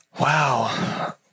Wow